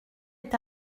est